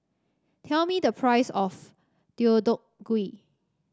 tell me the price of Deodeok Gui